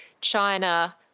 China